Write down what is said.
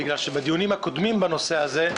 בגלל שבדיונים הקודמים בנושא הזה,